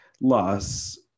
loss